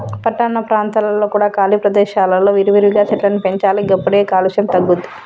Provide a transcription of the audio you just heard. పట్టణ ప్రాంతాలలో కూడా ఖాళీ ప్రదేశాలలో విరివిగా చెట్లను పెంచాలి గప్పుడే కాలుష్యం తగ్గుద్ది